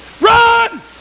run